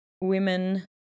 women